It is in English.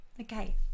okay